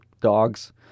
dogs